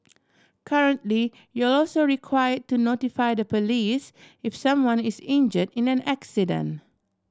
currently you're also require to notify the police if someone is injured in an accident